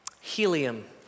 Helium